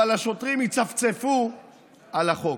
אבל השוטרים יצפצפו על החוק.